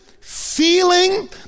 feeling